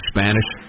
Spanish